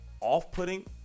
off-putting